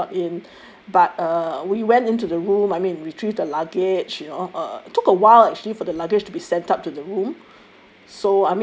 so then we got in but uh we went into the room I mean retrieve the luggage you know uh it took awhile actually for the luggage to be sent up to the room